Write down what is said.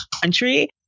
country